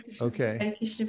Okay